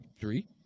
Three